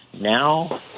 Now